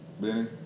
Benny